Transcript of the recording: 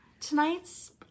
tonight's